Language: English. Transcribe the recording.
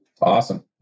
Awesome